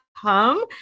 come